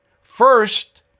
First